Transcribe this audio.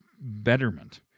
betterment